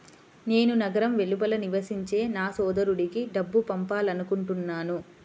నేను నగరం వెలుపల నివసించే నా సోదరుడికి డబ్బు పంపాలనుకుంటున్నాను